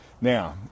Now